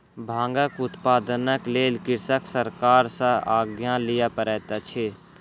भांगक उत्पादनक लेल कृषक सरकार सॅ आज्ञा लिअ पड़ैत अछि